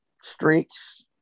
streaks